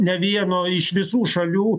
ne vieno iš visų šalių